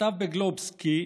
כתב בגלובס כי,